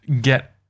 get